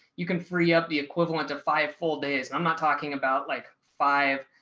you can free up the equivalent of five full days, i'm not talking about like five,